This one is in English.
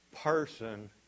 person